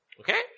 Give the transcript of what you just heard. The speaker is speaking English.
Okay